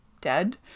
dead